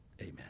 Amen